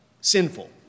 sinful